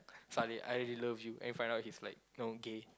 suddenly I love you and find out he's like know gay